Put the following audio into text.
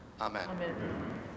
Amen